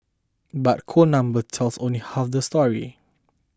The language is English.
but cold numbers tells only half the story